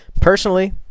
Personally